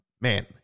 Man